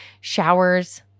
showers